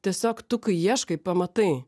tiesiog tu kai ieškai pamatai